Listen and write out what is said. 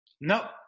No